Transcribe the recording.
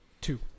Two